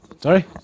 Sorry